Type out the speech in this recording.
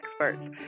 experts